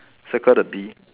circle the bee